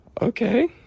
okay